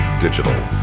Digital